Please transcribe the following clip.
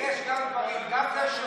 יש גם דברים, ציונות.